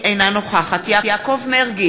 אינה נוכחת יעקב מרגי,